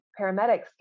paramedics